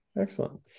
Excellent